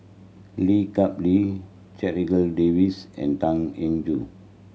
Lee Kap Lee Checha Davies and Tan Eng Joo